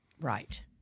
Right